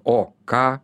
o ką